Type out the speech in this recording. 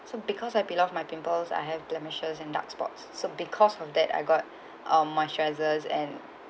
so because I peel off my pimples I have blemishes and dark spots so because of that I got um moisturisers and